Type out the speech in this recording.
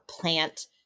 plant